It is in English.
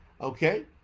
Okay